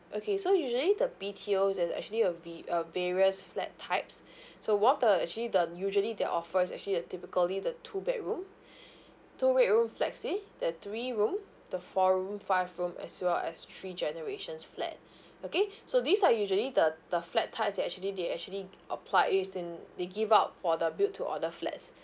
okay so usually the B_T_Os has actually a v~ uh various flat types so one of the actually the usually they offer is actually a typically the two bedroom two bedroom flexi the three room the four room five room as well as three generations flat okay so these are usually the the flat types that actually they actually g~ apply is in they give out for the build to order flats